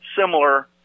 similar